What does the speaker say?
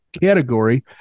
category